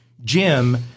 Jim